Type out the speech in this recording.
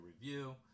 review